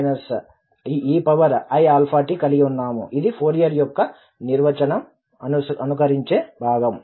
మనము te ateiαt కలిగి ఉన్నాము ఇది ఫోరియర్ యొక్క నిర్వచనం అనుకరించే భాగం